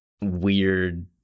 weird